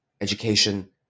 education